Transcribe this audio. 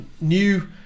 new